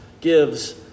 gives